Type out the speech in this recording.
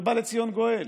ובא לציון גואל.